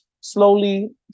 slowly